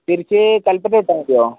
തിരിച്ച് കൽപ്പറ്റ വിട്ടാൽ മതിയോ